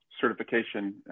certification